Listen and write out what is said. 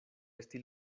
esti